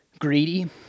greedy